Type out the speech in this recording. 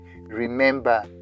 Remember